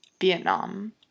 Vietnam